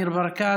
ניר ברקת,